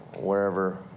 wherever